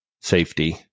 safety